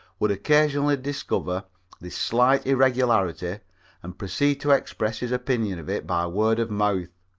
would occasionally discover this slight irregularity and proceed to express his opinion of it by word of mouth,